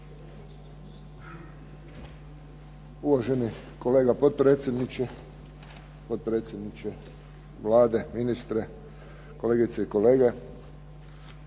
Uvaženi kolega potpredsjedniče, potpredsjedniče Vlade, ministre, kolegice i kolege.